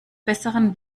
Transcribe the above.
besseren